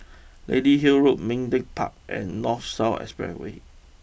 Lady Hill Road Ming Teck Park and North South Expressway